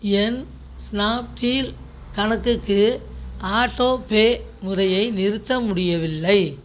என் Snapdeal கணக்குக்கு autopay முறையை நிறுத்த முடியவில்லை